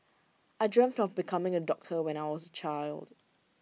I dreamt of becoming A doctor when I was A child